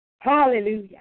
Hallelujah